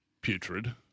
putrid